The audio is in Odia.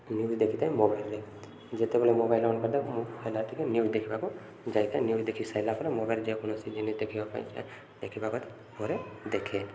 ନ୍ୟୁଜ୍ ଦେଖିଥାଏ ମୋବାଇଲରେ ଯେତେବେଳେ ମୋବାଇଲ୍ ମନ କରିଥାଏ ହେଲା ଟିକେ ନ୍ୟୁଜ୍ ଦେଖିବାକୁ ଯାଇଥାଏ ନ୍ୟୁଜ୍ ଦେଖି ସାରିଲା ପରେ ମୋବାଇଲରେ ଯେକୌଣସି ଜିନିଷ ଦେଖିବା ପାଇଁ ଦେଖିବାକୁ ପରେ ଦେଖେ